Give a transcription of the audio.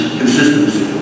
consistency